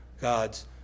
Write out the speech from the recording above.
God's